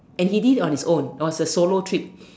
and he did it on his own was a solo trip